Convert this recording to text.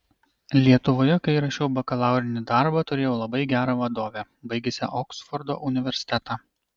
lietuvoje kai rašiau bakalaurinį darbą turėjau labai gerą vadovę baigusią oksfordo universitetą